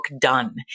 Done